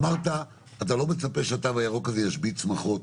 אמרת שאתה לא מצפה שהתו הירוק הזה ישבית שמחות.